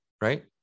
right